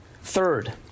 Third